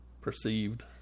perceived